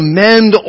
mend